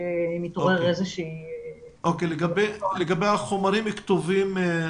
כשמתעורר --- לגבי חומרים כתובים,